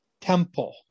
Temple